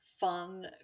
fun